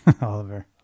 Oliver